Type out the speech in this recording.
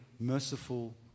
merciful